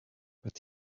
but